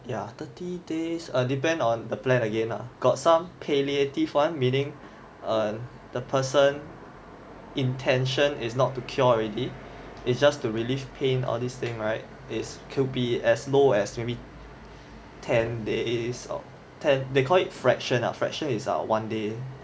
ya thirty days err depend on the plan again lah got some palliative one meaning umm the person intention is not to cure already it's just to relieve pain all these thing right is could be as low as maybe ten days ten they call it fraction lah fraction is ah one day